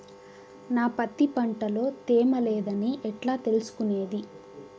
నా పత్తి పంట లో తేమ లేదని ఎట్లా తెలుసుకునేది?